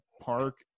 park